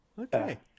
okay